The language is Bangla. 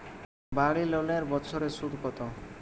বাড়ি লোনের বছরে সুদ কত?